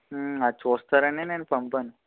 అది చూస్తారు అనే నేను పంపాను